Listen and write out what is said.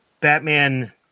Batman